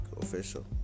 official